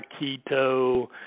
Keto